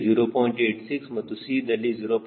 86 ಮತ್ತು c ದಲ್ಲಿ 0